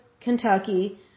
Kentucky